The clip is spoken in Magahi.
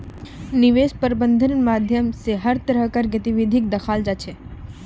निवेश प्रबन्धनेर माध्यम स हर तरह कार गतिविधिक दखाल जा छ